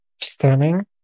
stunning